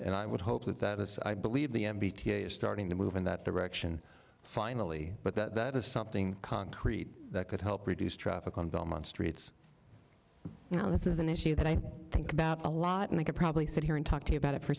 and i would hope that that is i believe the m b t is starting to move in that direction finally but that is something concrete that could help reduce traffic on belmont streets you know this is an issue that i think about a lot and i could probably sit here and talk to you about it for